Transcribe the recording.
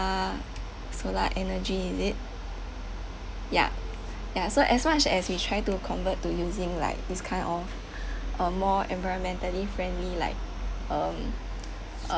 solar energy is it ya ya so as much as we try to convert to using like this kind of um more environmentally friendly like um uh